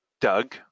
Doug